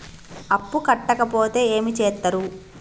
అప్పు కట్టకపోతే ఏమి చేత్తరు?